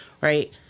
right